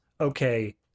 okay